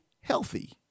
healthy